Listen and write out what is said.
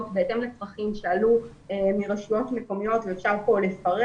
בהתאם לצרכים שעלו מרשויות מקומיות ואפשר לפרט.